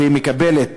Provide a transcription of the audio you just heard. והיא מקבלת